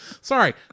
sorry